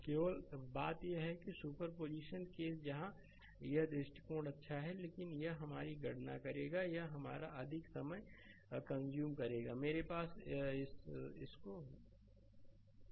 केवल बात यह है कि सुपर पोजिशन केस जहां यह दृष्टिकोण अच्छा है लेकिन यह हमारी गणना करेगा यह हमारा अधिक समय का कंज्यूम मेरे पास में इसको मेरा करंट करेगा